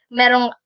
merong